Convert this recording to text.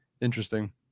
Interesting